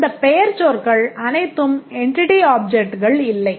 அந்த பெயர்ச்சொற்கள் அனைத்தும் என்டிட்டி அப்ஜெக்ட்களில்லை